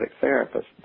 therapist